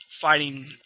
fighting